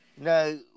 No